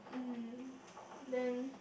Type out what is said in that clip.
um then